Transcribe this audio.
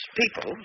people